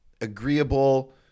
agreeable